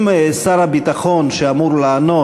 אם שר הביטחון שאמור לענות,